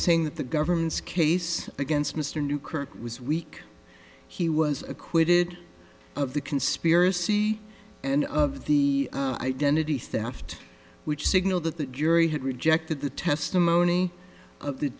saying that the government's case against mr new kirk was weak he was acquitted of the conspiracy and of the identity theft which signaled that the jury had rejected the testimony of the